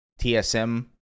TSM